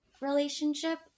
relationship